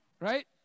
right